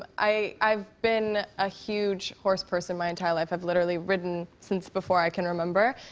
i i've been a huge horse person my entire life. i've literally ridden since before i can remember.